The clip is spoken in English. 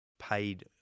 paid